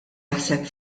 jaħseb